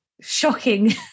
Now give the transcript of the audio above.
shocking